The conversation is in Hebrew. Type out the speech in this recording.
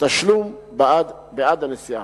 תשלום בעד הנסיעה.